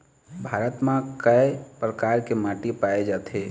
भारत म कय प्रकार के माटी पाए जाथे?